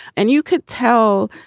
and you could tell